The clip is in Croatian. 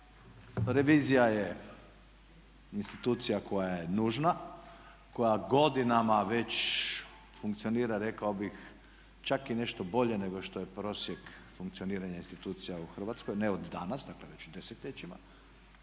Revizija je institucija koja je nužna, koja godinama već funkcionira rekao bih čak i nešto bolje nego što je prosjek funkcioniranja institucija u Hrvatskoj. Ne od danas, dakle već desetljećima.